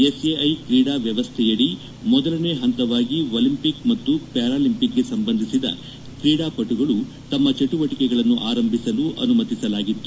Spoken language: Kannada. ಎಸ್ಎಐ ಕ್ರೀಡಾ ವ್ಕವಸ್ಥೆಯಡಿಯಲ್ಲಿ ಮೊದಲನೇ ಪಂತವಾಗಿ ಒಲಿಂಪಿಕ್ ಪಾಗೂ ಪ್ಯಾರಾಲಿಂಪಿಕ್ಗೆ ಸಂಬಂಧಿಸಿದ ಕ್ರೀಡಾ ಪಟುಗಳು ತಮ್ನ ಚಟುವಟಿಕೆಗಳನ್ನು ಆರಂಭಿಸಲು ಅನುಮತಿಸಲಾಗಿತ್ತು